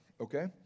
okay